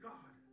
God